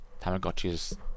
Tamagotchi's